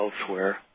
elsewhere